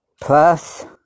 plus